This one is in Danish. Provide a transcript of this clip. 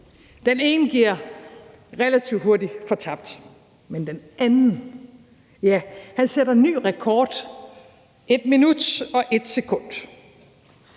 Den ene giver relativt hurtigt fortabt, men den anden, ja, han sætter ny rekord: 1 minut og 1 sekund.